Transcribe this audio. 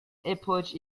epoch